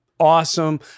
Awesome